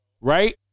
Right